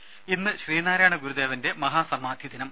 ത ഇന്ന് ശ്രീനാരായണ ഗുരുദേവന്റെ മഹാസമാധി ദിനം